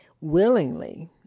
willingly